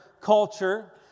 culture